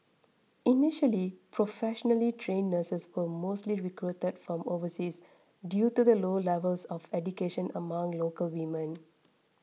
initially professionally trained nurses were mostly recruited that from overseas due to the low levels of education among local women